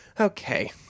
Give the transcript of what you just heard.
okay